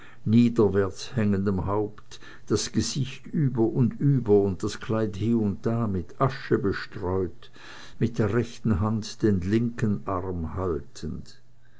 niederwärts hängendem haupt das gesicht über und über und das kleid hie und da mit asche bestreut mit der rechten hand den linken arm haltend